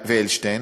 ואלשטיין,